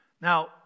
Now